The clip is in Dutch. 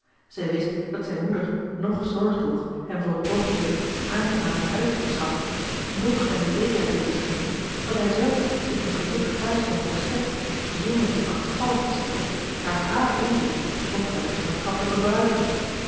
zij wist dat zijne moeder noch zorg droeg hem voor het oogenblik een aangenaam tehuis te verschaffen noch hem de zekerheid wilde schenken dat hij zelf zich een gelukkig thuis zou mogen scheppen zonder zich angstvallig te schikken naar haar inzichten omtrent zijn maatschappelijken vooruitgang